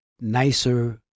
nicer